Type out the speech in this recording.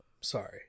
sorry